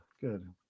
Good